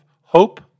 hope